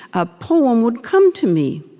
a poem would come to me,